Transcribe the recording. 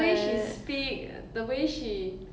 who I can see